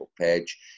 page